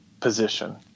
position